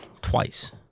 twice